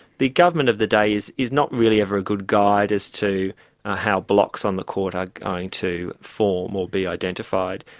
the government of the day is is not really ever a good guide as to ah how blocs on the court are going to form or be identified.